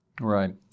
Right